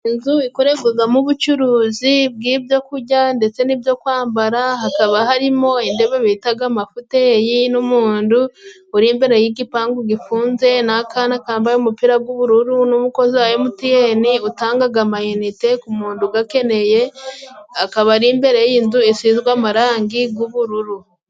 Inzu ikoregwamo ubucuruzi bw'ibyo kujya ndetse n'ibyo Kwambara, hakaba harimo indebe bitaga amafuteyi n'umundu uri imbere y'igipangu gifunze, n'akana kambaye umupira g'ubururu n'umukozi wa Emutiyene utangaga amayinite ku mundu ugakeneye ,akaba ari imbere y'inzu isizwe amarangi g'ubururu.